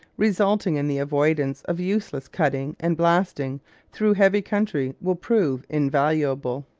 resulting in the avoidance of useless cutting and blasting through heavy country, will prove invaluable.